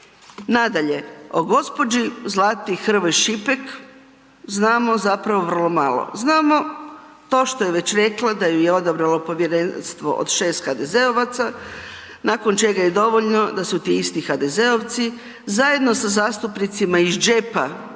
Nadalje, o gđi. Zlati Hrvoj Šipek znamo zapravo vrlo malo, znamo to što je već rekla, daj e odabralo povjerenstvo od 6 HDZ-ovaca nakon čega je dovoljno da su ti isti HDZ-ovci zajedno sa zastupnicima iz džepa